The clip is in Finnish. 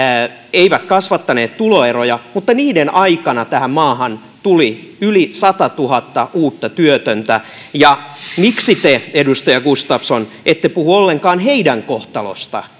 eivät kasvattaneet tuloeroja niiden aikana tähän maahan tuli yli satatuhatta uutta työtöntä miksi te edustaja gustafsson ette puhu ollenkaan heidän kohtalostaan